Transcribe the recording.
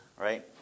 right